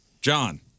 John